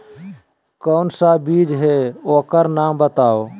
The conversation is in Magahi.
कौन सा चीज है ओकर नाम बताऊ?